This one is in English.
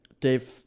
Dave